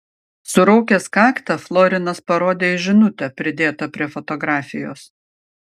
suraukęs kaktą florinas parodė į žinutę pridėtą prie fotografijos